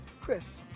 chris